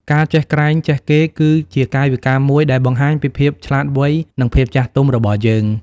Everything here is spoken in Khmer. ការចេះក្រែងចេះគេ គឺជាកាយវិការមួយដែលបង្ហាញពីភាពឆ្លាតវៃ និងភាពចាស់ទុំរបស់យើង។